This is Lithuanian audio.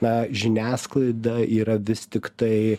na žiniasklaida yra vis tiktai